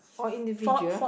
or individual